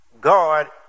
God